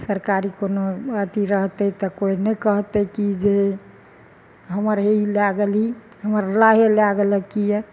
सरकारी कोनो अथी रहतै तऽ कोइ नहि कहतै कि जे हमर हे ई लए गेलही हमर नावे लए गेलऽ किए